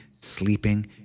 sleeping